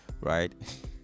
right